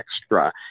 extra